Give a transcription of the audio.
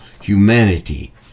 humanity